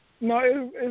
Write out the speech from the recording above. No